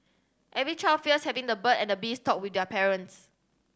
every child fears having the bird at the bees talk with their parents